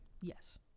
Yes